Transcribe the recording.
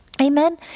Amen